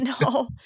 no